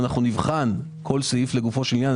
אנחנו נבחן כל סעיף לגופו של עניין.